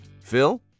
Phil